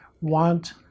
want